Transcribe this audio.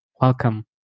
Welcome